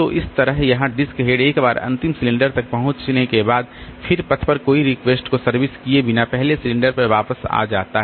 तो इसी तरह यहां डिस्क हेड एक बार अंतिम सिलेंडर तक पहुंचने के बाद फिर पथ पर कोई रिक्वेस्ट को सर्विस किए बिना पहले सिलेंडर पर वापस आ जाता है